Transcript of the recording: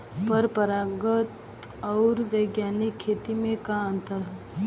परंपरागत आऊर वैज्ञानिक खेती में का अंतर ह?